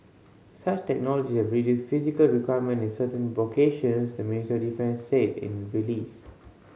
such technology have reduced physical requirement in certain vocations the Ministry Defence said in a release